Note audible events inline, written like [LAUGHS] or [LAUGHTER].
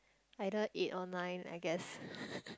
either eight or nine I guess [LAUGHS]